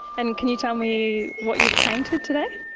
and can you tell me what you've painted today?